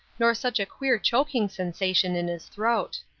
nor such a queer choking sensation in his throat.